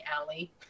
Alley